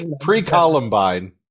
pre-Columbine